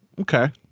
okay